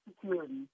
Security